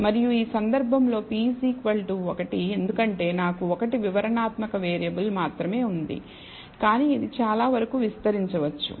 మరియు ఈ సందర్భంలో p 1 ఎందుకంటే నాకు 1 వివరణాత్మక వేరియబుల్ మాత్రమే ఉంది కానీ ఇది చాలా వరకు విస్తరించవచ్చు